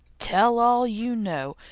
tell all you know,